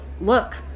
Look